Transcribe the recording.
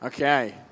Okay